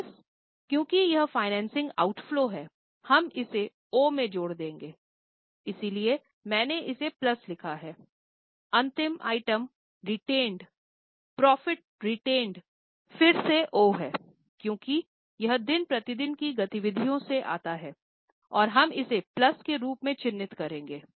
minus क्योंकि यह financing outflow फिर से यह ओ है क्योंकि यह दिन प्रतिदिन की गतिविधियों से आता है और हम इसे प्लस के रूप में चिह्नित करेंगे